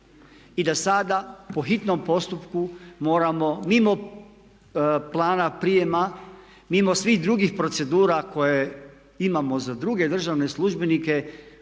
I da sada po hitnom postupku moramo mimo plana prijema, mimo svih drugi procedura koje imamo za druge državne službenike